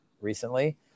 recently